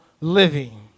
living